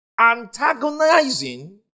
antagonizing